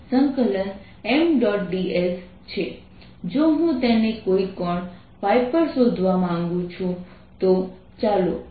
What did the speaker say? તેથી પ્રથમ આપણે શું કરીશું